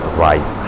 right